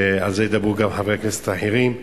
ועל זה ידברו גם חברי הכנסת האחרים.